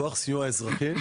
כוח סיוע אזרחי.